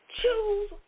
choose